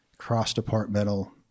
cross-departmental